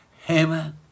Haman